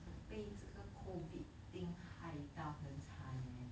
被这个 COVID thing 害到很惨 leh